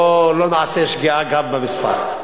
בואו לא נעשה שגיאה גם במספר.